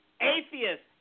atheist